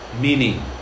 Meaning